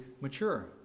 mature